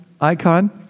icon